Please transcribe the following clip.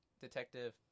Detective